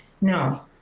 No